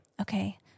okay